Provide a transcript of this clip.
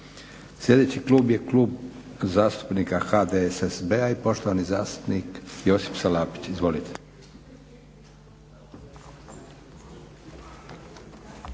Slijedeći klub je Klub zastupnika HDSSB-a i poštovani zastupnik Josip Salapić. Izvolite.